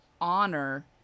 Honor